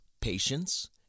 Patience